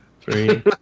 three